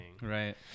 right